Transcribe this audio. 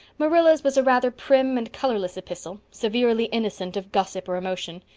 marilla's was a rather prim and colorless epistle, severely innocent of gossip or emotion.